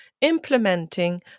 implementing